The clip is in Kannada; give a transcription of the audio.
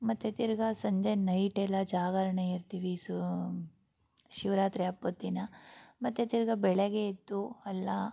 ಮತ್ತೆ ತಿರ್ಗಿ ಸಂಜೆ ನೈಟ್ ಎಲ್ಲ ಜಾಗರಣೆ ಇರ್ತೀವಿ ಸೋಮ್ ಶಿವರಾತ್ರಿ ಹಬ್ಬದ ದಿನ ಮತ್ತೆ ತಿರ್ಗಿ ಬೆಳಗೆ ಎದ್ದು ಎಲ್ಲ